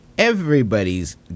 Everybody's